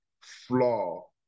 flaw